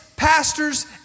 Pastors